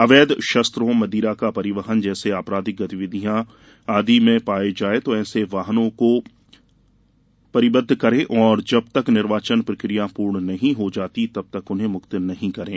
अवैध शस्त्रों मदिरा का परिवहन जैसे आपराधिक गतिविधियां आदि पाया जाये तो ऐसे वाहनों को परिबद्ध करें और जब तक निर्वाचन प्रक्रिया पूर्ण नहीं हो जाती तब तक उन्हें मुक्त नहीं करें